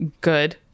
good